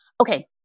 Okay